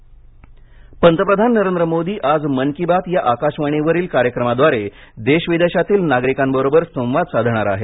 मन की बात पंतप्रधान नरेंद्र मोदी आज मन की बात या आकाशवाणीवरील कार्यक्रमाद्वारे देश विदेशातील नागरिकांबरोबर संवाद साधणार आहेत